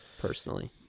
personally